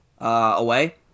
away